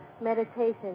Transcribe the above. meditation